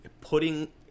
putting